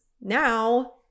Now